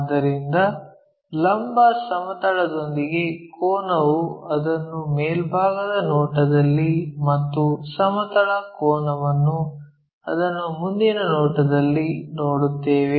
ಆದ್ದರಿಂದ ಲಂಬ ಸಮತಲದೊಂದಿಗೆ ಕೋನವು ಅದನ್ನು ಮೇಲ್ಭಾಗದ ನೋಟದಲ್ಲಿ ಮತ್ತು ಸಮತಲ ಕೋನವನ್ನು ಅದನ್ನು ಮುಂದಿನ ನೋಟದಲ್ಲಿ ನೋಡುತ್ತೇವೆ